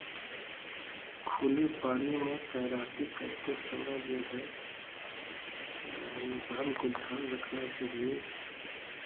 खुले पानी में तैराकी करते समय जो है इंसान को ध्यान रखना चाहिए